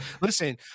Listen